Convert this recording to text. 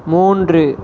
மூன்று